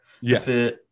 yes